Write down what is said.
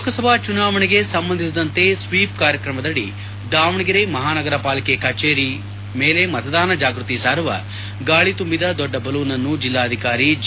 ಲೋಕಸಭಾ ಚುನಾವಣೆಗೆ ಸಂಬಂಧಿಸಿದಂತೆ ಸ್ವೀಪ್ ಕಾರ್ಯಕ್ರಮದಡಿ ದಾವಣಗೆರೆ ಮಹಾನಗರಪಾಲಿಕೆಯ ಕಚೇರಿ ಮೇಲೆ ಮತದಾನ ಜಾಗೃತಿ ಸಾರುವ ಗಾಳಿ ತುಂಬಿದ ದೊಡ್ಡ ಬಲೂನ್ನನ್ನು ಜಿಲ್ಲಾಧಿಕಾರಿ ಜಿ